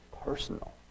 personal